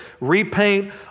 repaint